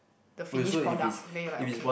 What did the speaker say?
the finish product then you're like okay